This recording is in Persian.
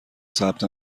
ثبت